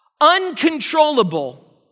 uncontrollable